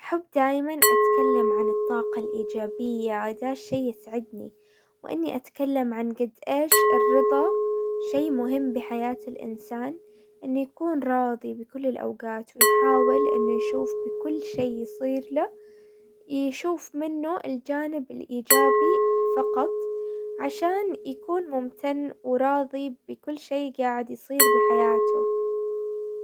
حب دايما اتكلم عن الطاقة الايجابية عايزاه شي يسعدني، واني اتكلم عن قد ايش الرضا شي مهم بحياة الانسان انه يكون راضي بكل الاوقات، ويحاول انه يشوف بكل شي يصير له، يشوف منه الجانب الايجابي فقط عشان يكون ممتن وراضي بكل شي قاعد يصير بحياته.